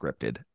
scripted